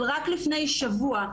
אבל רק לפני שבוע,